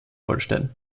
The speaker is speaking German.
holstein